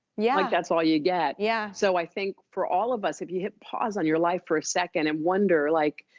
yeah that's all you get. yeah. so i think for all of us, if you hit pause on your life for a second. and wonder like,